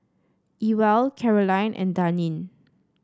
Ewell Caroline and Daneen